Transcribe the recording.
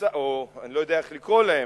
או אני לא יודע איך לקרוא להן,